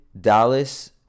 Dallas—